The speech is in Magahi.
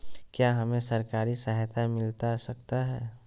क्या हमे सरकारी सहायता मिलता सकता है?